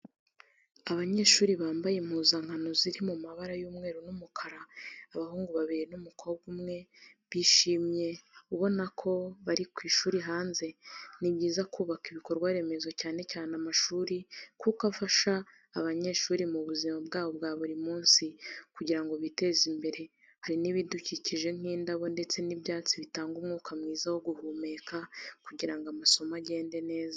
Abanyshuri bambaye impuzankano ziri mumabara y'umweru n'umukara. Abahungu babiri n'umukobwa umwe bishimye ubonako bari kwishuri hanze. Ni byiza kubaka ibikorwaremezo cyane cyane amashuri kuko afasha ananyeshuri mu buzima bwabo bwa buri munsi kugirango biteze imbere. Hari nibidukikije nk'indabo ndetse n'ibyatsi bitanga umwuka mwiza wo guhemeka kugirango amasomo agende neza.